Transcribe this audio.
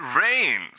rains